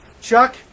Chuck